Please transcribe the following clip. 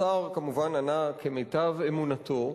השר כמובן ענה כמיטב אמונתו,